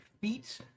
feet